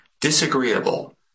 disagreeable